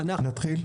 נתחיל.